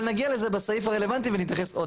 אבל נגיע לזה בסעיף הרלוונטי ונתייחס עוד.